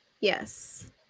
Yes